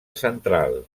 central